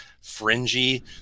fringy